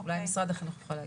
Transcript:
אולי משרד החינוך יוכל להגיד.